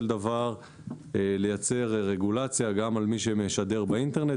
דבר לייצר רגולציה גם על מי שמשדר באינטרנט,